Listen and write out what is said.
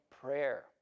prayer